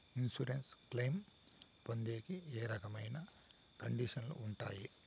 Insurance claim పొందేకి ఏ రకమైన కండిషన్లు ఉంటాయి?